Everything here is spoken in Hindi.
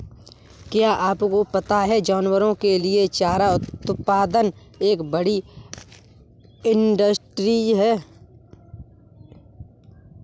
क्या आपको पता है जानवरों के लिए चारा उत्पादन एक बड़ी इंडस्ट्री है?